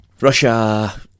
Russia